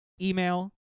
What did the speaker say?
email